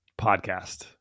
podcast